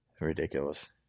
Ridiculous